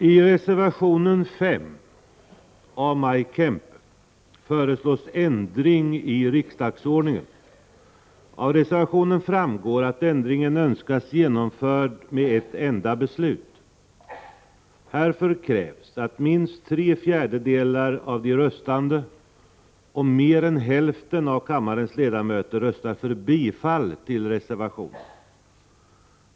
I reservation 5 av Maj Kempe föreslås ändring i riksdagsordningen. Av reservationen framgår att ändringen önskas genomförd med ett enda beslut. Härför krävs att minst tre fjärdedelar av de röstande och mer än hälften av kammarens ledamöter röstat för bifall till reservationen.